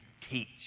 teach